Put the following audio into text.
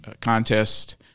contest